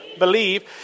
Believe